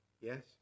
yes